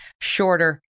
shorter